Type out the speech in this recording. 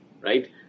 right